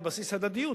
על בסיס הדדיות,